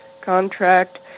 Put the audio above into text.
contract